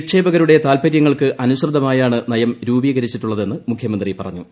നിക്ഷേപകരുടെ താത്പര്യങ്ങൾക്ക് അനുസൃതമായാണ് നയം രൂപീകരിച്ചിട്ടുള്ളതെന്ന് മുഖ്യമന്ത്രി പറഞ്ഞു